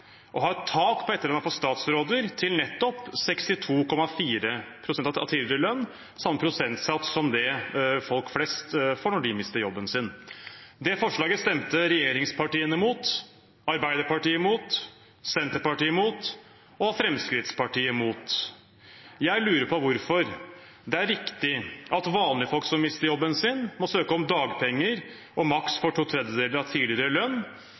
å ha et tak på etterlønnen for statsråder på nettopp 62,4 pst. av tidligere lønn, samme prosentsats som folk flest får når de mister jobben sin. Det forslaget stemte regjeringspartiene imot, Arbeiderpartiet imot, Senterpartiet imot og Fremskrittspartiet imot. Jeg lurer på hvorfor det er riktig at vanlige folk som mister jobben sin, må søke om dagpenger og maks får to tredjedeler av tidligere lønn,